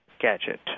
gadget